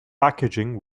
packaging